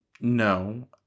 No